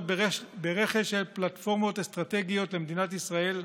ברכש של פלטפורמות אסטרטגיות למדינת ישראל.